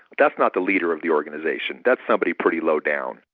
that's not the leader of the organization. that's somebody pretty low down.